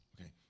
okay